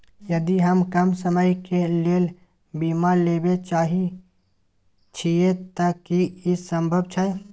यदि हम कम समय के लेल बीमा लेबे चाहे छिये त की इ संभव छै?